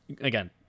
again